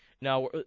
Now